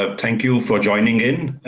ah thank you for joining in.